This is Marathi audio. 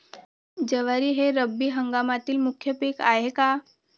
ज्वारी हे रब्बी हंगामातील मुख्य पीक आहे का?